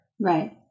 Right